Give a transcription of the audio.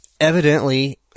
evidently